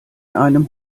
einem